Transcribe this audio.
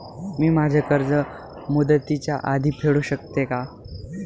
मी माझे कर्ज मुदतीच्या आधी फेडू शकते का?